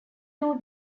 two